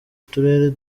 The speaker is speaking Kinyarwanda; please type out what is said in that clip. turere